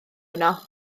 yno